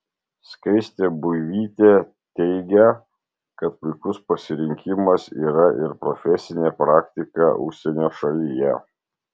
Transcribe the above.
skaistė buivytė teigia kad puikus pasirinkimas yra ir profesinė praktika užsienio šalyje